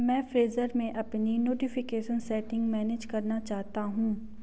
मैं फ्रेज़र में अपनी नोटिफ़िकेशन सेटिंग मैनेज करना चाहता हूँ